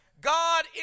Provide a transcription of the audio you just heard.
God